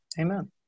Amen